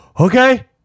okay